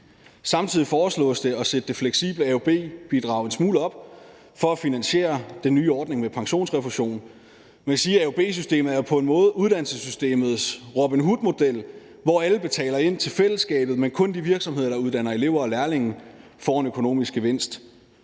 Samtidig foreslås det at sætte det fleksible AUB-bidrag en smule op for at finansiere den nye ordning med pensionsrefusion. Man kan sige, at AUB-systemet jo på en måde er uddannelsessystemets Robin Hood-model, hvor alle betaler ind til fællesskabet, men kun de virksomheder, der uddanner elever og lærlinge, får en økonomisk gevinst.